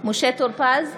משה טור פז,